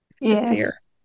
Yes